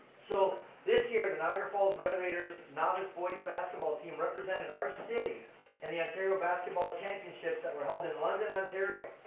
so this year, the niagara falls red raiders novice boys' basketball team represented our city in and the ontario basketball championships that were held in london, ontario.